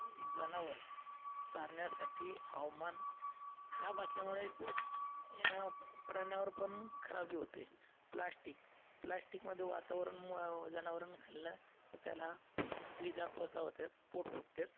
जनावरं चारण्यासाठी हवामान खराब असल्यामुळे प या प्राण्यांवर पण खराबी होते प्लॅस्टिक प्लॅस्टिकमध्ये वातावरणामुळं जनावरानं खाल्लं तर त्याला श्विजापता होतात पोट फुगतात